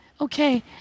Okay